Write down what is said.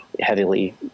heavily